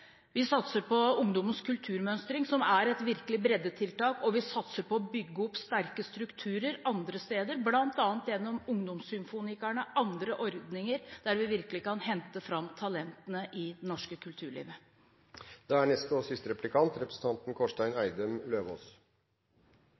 Vi satser på Ungdommens kulturmønstring, som er et virkelig breddetiltak, og vi satser på å bygge opp sterke strukturer andre steder, bl.a. gjennom Ungdomssymfonikerne, og andre ordninger, der vi virkelig kan hente fram talentene i det norske kulturlivet. Gaveforsterkningsordningen er